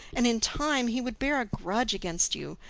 and in time he would bear a grudge against you,